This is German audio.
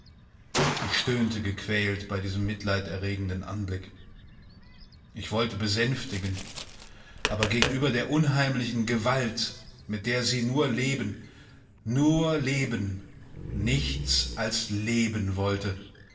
ich stöhnte gequält bei diesem mitleiderregenden anblick ich wollte besänftigen aber gegenüber der unheimlichen gewalt mit der sie nur leben nur leben nichts als leben wollte